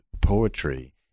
poetry